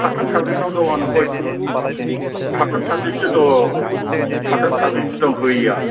साथाम साब्रैनाव दं आंना साथाम साब्रैसो दं साथाम साब्रैसो दं होयिया